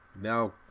Now